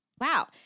wow